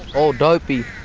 all dopey.